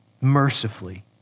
mercifully